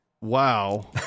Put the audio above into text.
wow